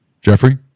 Jeffrey